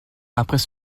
après